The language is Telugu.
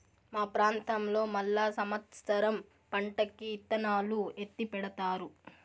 మా ప్రాంతంలో మళ్ళా సమత్సరం పంటకి ఇత్తనాలు ఎత్తిపెడతారు